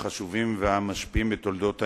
מהחשובים והמשפיעים בתולדות האנושות,